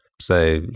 say